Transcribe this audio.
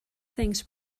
thinks